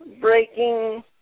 breaking